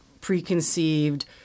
preconceived